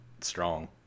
strong